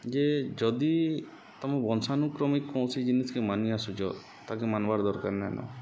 ଯେ ଯଦି ତମେ ବଂଶାନୁକ୍ରମିକ କୌଣସି ଜିନିଷ୍କେ ମାନି ଆସୁଛ ତାକେ ମାନ୍ବାର୍ ଦର୍କାର୍ ନାଇଁନ